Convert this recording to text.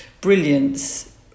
brilliance